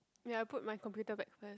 ya I put my computer back first